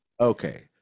Okay